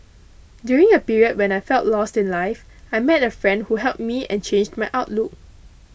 during a period when I felt lost in life I met a friend who helped me and changed my outlook